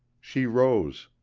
she rose